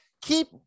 keep